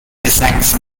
kazakhstan